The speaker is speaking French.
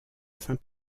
saint